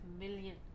million